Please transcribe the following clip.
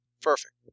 Perfect